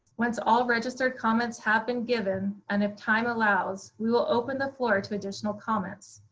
once all registered comments have been given, and if time allows, we will open the floor to additional comments.